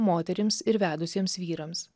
moterims ir vedusiems vyrams